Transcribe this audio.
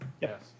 Yes